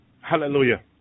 Hallelujah